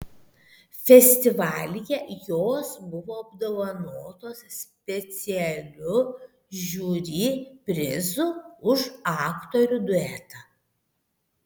festivalyje jos buvo apdovanotos specialiu žiuri prizu už aktorių duetą